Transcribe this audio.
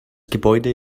gebäude